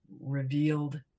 revealed